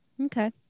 Okay